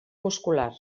muscular